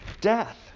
death